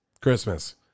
Christmas